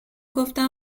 گفتم